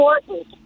important